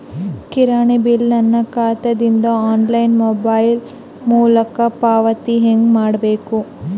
ಕಿರಾಣಿ ಬಿಲ್ ನನ್ನ ಖಾತಾ ದಿಂದ ಆನ್ಲೈನ್ ಮೊಬೈಲ್ ಮೊಲಕ ಪಾವತಿ ಹೆಂಗ್ ಮಾಡಬೇಕು?